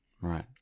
Right